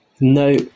No